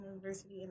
university